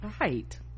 right